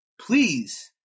please